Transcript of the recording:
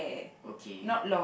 okay